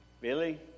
Billy